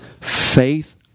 Faith